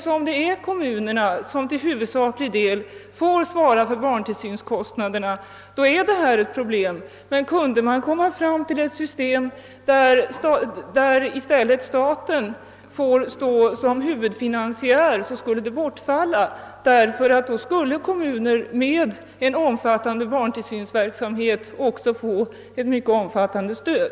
Så länge kommunerna själva till huvudsaklig del skall svara för barntillsynskostnaderna är detta ett problem, men kunde man komma fram till ett system, där staten i stället står som huvudfinansiär, skulle problemet bortfalla, ty då skulle kommuner med en omfattande barntillsynsverksamhet också erhålla ett mycket omfattande stöd.